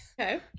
Okay